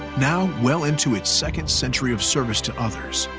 now, well into its second century of service to others,